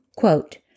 Quote